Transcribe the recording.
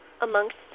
amongst